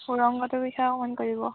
সুৰংগটোৰ বিষয়ে অকণ কৈ দিব